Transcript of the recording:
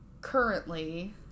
currently